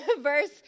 verse